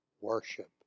worship